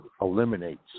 eliminates